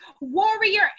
warrior